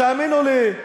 תאמינו לי,